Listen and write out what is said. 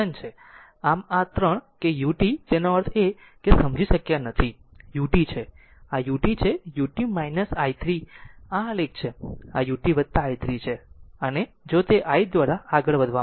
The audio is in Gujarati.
આમ આ 3 કે u t તેનો અર્થ એ કે તમે આ સમજી શક્યા નથી આ u t છે આ u t છેu t i 3 આ આલેખ છે અને આ ut i 3 છે જો તે i દ્વારા આગળ વધવામાં આવે છે